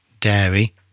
dairy